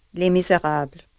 les miserables.